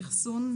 אחסון,